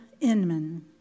Inman